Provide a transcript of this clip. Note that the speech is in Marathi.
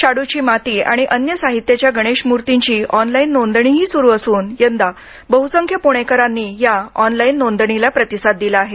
शाडूची माती आणि अन्य साहित्याच्या गणेश मूर्तीची ऑनलाईन नोंदणीही सुरु असून यंदा बहुसंख्य पुणेकरांनी या ऑनलाईन नोंदणीला प्रतिसाद दिला आहे